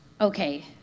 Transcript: Okay